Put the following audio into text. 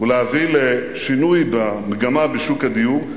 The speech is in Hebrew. ולהביא לשינוי במגמה בשוק הדיור.